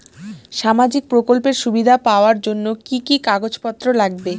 সামাজিক প্রকল্পের সুবিধা পাওয়ার জন্য কি কি কাগজ পত্র লাগবে?